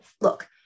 look